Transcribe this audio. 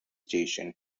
station